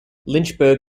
lynchburg